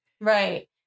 right